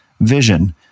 vision